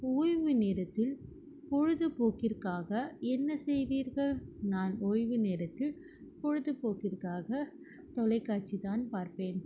ஒய்வு நேரத்தில் பொழுதுப்போக்கிற்காக என்ன செய்வீர்கள் நான் ஒய்வு நேரத்தில் பொழுதுபோக்கிற்காக தொலைக்காட்சி தான் பார்ப்பேன்